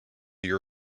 your